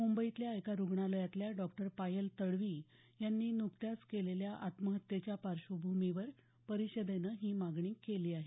मुंबईतल्या एका रुग्णालयातल्या डॉक्टर पायल तडवी यांनी नुकत्याच केलेल्या आत्महत्येच्या पार्श्वभूमीवर परिषदेनं ही मागणी केली आहे